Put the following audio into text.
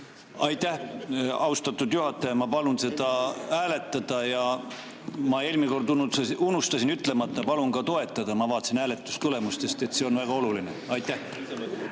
Aitäh, austatud juhataja! Ma palun seda hääletada ja ma eelmine kord unustasin ütlemata, et palun toetada. Ma vaatasin hääletustulemustest, et see on väga oluline. Aitäh,